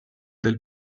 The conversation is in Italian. del